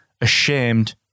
ashamed